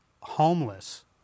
homeless